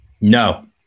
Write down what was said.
No